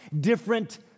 different